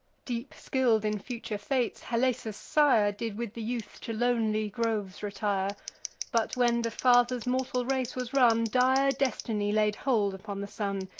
deep skill'd in future fates, halesus' sire did with the youth to lonely groves retire but, when the father's mortal race was run, dire destiny laid hold upon the son,